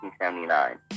1979